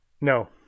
No